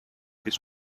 his